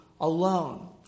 alone